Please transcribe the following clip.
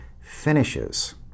Finishes